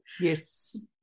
yes